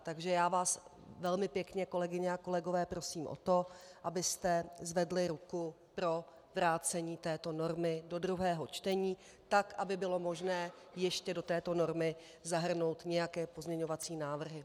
Takže já vás velmi pěkně, kolegyně a kolegové, prosím o to, abyste zvedli ruku pro vrácení této normy do druhého čtení, tak aby bylo možné ještě do této normy zahrnout nějaké pozměňovací návrhy.